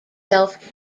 self